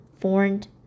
formed